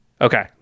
Okay